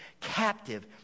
captive